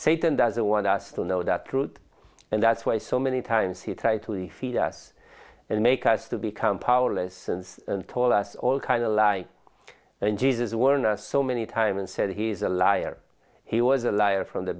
satan doesn't want us to know that truth and that's why so many times he tried to feed us and make us to become powerless and told us all kind of lie and jesus werner so many time and said he is a liar he was a liar from the